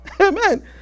Amen